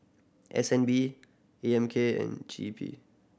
S N B A M K and G E P